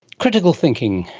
critical thinking.